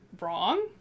wrong